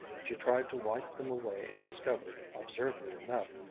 she tried to wipe them away and discovered, absurdly enough,